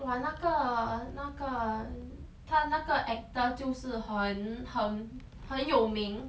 哇那个那个他那个 actor 就是很很很有名